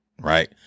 Right